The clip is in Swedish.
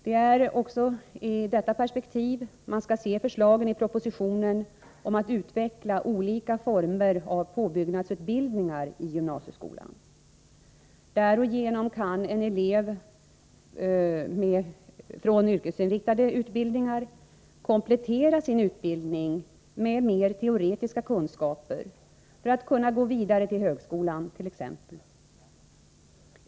Det är också i detta perspektiv man skall se förslagen i propositionen om att utveckla olika former av påbyggnadsutbildningar i gymnasieskolan. Därigenom kan en elev från yrkesinriktade utbildningar komplettera sin utbildning med mer teoretiska kunskaper, t.ex. för att kunna gå vidare till högskolan.